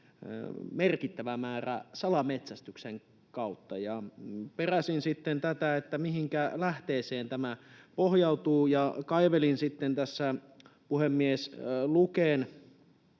merkittävä määrä salametsästyksen kautta. Peräsin sitten, mihinkä lähteeseen tämä pohjautuu, ja kaivelin sitten tässä, puhemies, Luken